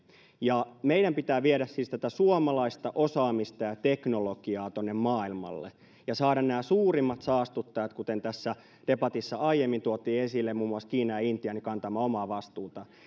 meidän pitää siis viedä suomalaista osaamista ja teknologiaa maailmalle ja saada nämä suurimmat saastuttajat kuten tässä debatissa aiemmin tuotiin esille muun muassa kiina ja intia kantamaan omaa vastuutaan